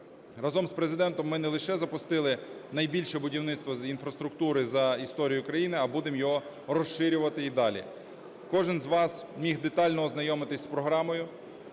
Разом з Президентом ми не лише запустили найбільше будівництво з інфраструктури за історію України, а будемо його розширювати і далі. Кожен з вас міг детально ознайомитись з програмою.